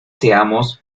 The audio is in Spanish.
seamos